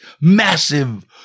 massive